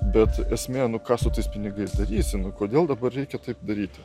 bet esmė nu ką su tais pinigais darysim kodėl dabar reikia taip daryti